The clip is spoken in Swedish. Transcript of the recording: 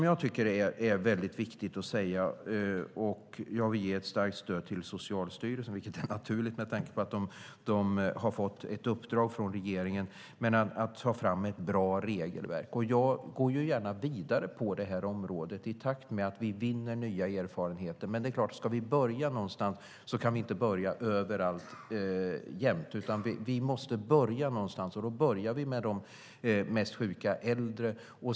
Jag ger förstås ett starkt stöd till Socialstyrelsen som har fått i uppdrag av regeringen att ta fram ett bra regelverk, och jag går gärna vidare på detta område i takt med att vi vinner nya erfarenheter. Men vi måste börja någonstans, och då börjar vi med de mest sjuka äldre.